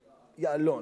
יַעַלון.